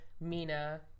Mina